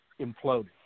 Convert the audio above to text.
imploded